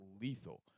lethal